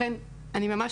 לכן אני ממש